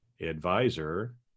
advisor